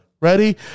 Ready